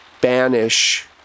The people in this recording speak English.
banish